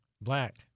Black